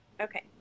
Okay